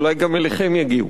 אולי גם אליכם יגיעו.